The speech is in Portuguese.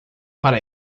para